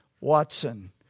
watson